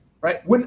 Right